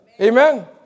Amen